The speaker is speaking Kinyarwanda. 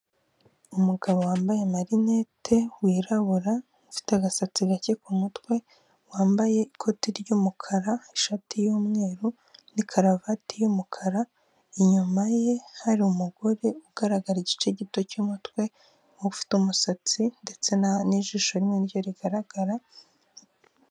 Umugabo wambaye amarinete wirabura ufite agasatsi gake ku mutwe, wambaye ikoti ry'umukara, ishati y'umweru, n'ikaruvati y'umukara. Inyuma ye hari umugore ugaragara igice gito cy'umutwe ufite umusatsi ndetse n'ijisho rimwe ni ryo rigaragara.